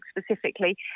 specifically